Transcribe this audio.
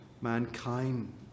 mankind